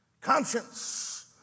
Conscience